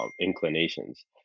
inclinations